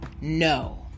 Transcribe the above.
no